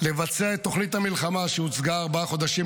לבצע את תוכנית המלחמה שהוצגה ארבעה חודשים